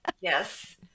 Yes